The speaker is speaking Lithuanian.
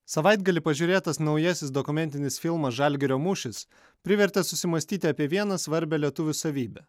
savaitgalį pažiūrėtas naujasis dokumentinis filmas žalgirio mūšis privertė susimąstyti apie vieną svarbią lietuvių savybę